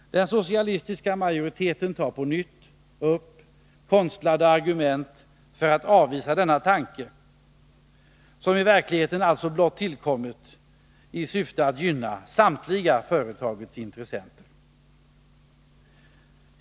Den socialistiska majoriteten anför på nytt konstlade argument för att avvisa detta förslag, som blott tillkommit i syfte att gynna samtliga företagets intressenter.